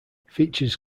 features